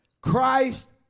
christ